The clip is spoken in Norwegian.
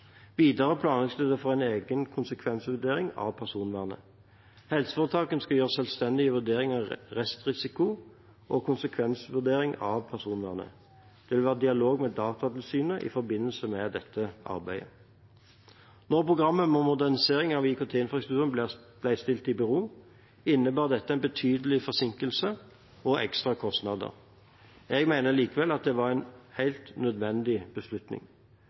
Videre planlegges det for en egen konsekvensvurdering av personvernet. Helseforetakene skal gjøre selvstendige vurderinger av restrisiko og konsekvensvurdering av personvernet. Det vil være dialog med Datatilsynet i forbindelse med dette arbeidet. Når programmet med modernisering av IKT-infrastrukturen ble stilt i bero, innebar dette betydelige forsinkelser og ekstra kostnader. Jeg mener likevel at det var en helt nødvendig beslutning.